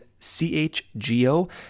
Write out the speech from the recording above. CHGO